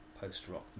post-rock